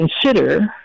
consider